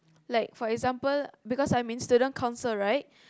like for example because I'm in student council right